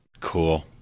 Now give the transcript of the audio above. Cool